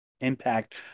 impact